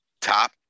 top